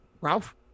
Ralph